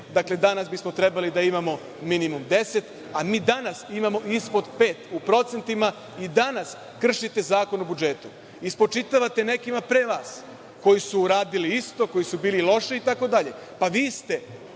Dakle, danas bismo trebali da imamo minimum deset, a mi danas imamo ispod pet u procentima i danas kršite Zakon o budžetu i spočitavate nekima pre vas koji su uradili isto, koji su bili loši itd. Pa vi ste